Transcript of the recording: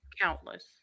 Countless